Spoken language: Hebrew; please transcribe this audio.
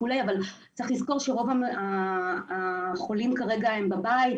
אבל צריך לזכור שרוב החולים כרגע הם בבית,